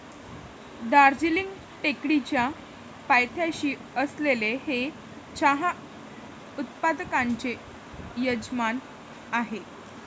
दार्जिलिंग टेकडीच्या पायथ्याशी असलेले हे चहा उत्पादकांचे यजमान आहे